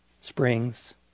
springs